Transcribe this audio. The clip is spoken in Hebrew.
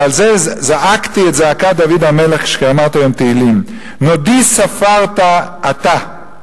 ועל זה זעקתי את זעקת דוד המלך כשאמרתי היום תהילים: "נדי ספרתה אתה,